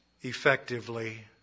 effectively